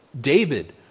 David